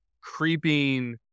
creeping